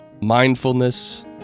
mindfulness